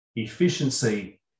efficiency